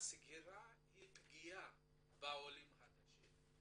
היא פגיעה בעולים החדשים.